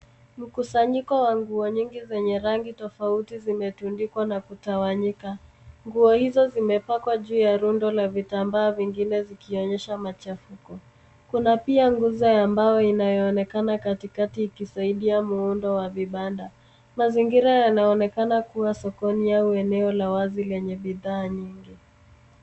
Mkusanyiko wa nguo nyingi zenye rangi tofauti zimetundikwa na kutawanyika. Nguo hizo zimepakwa juu ya rundo la vitambaa vingine, zikionyesha machafuko. Kuna pia nguzo ya mbao inayoonekana katikati ikisaidia muundo wa vibanda. Mazingira yanaonekana kuwa sokoni au eneo la wazi lenye bidhaa nyingi.